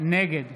נגד